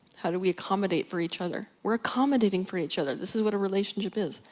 how do we accommodate for each other? we're accommodating for each other. this is what a relationship is,